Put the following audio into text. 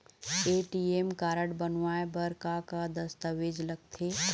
ATM card बनवाए बर का का दस्तावेज लगथे?